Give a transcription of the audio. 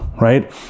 right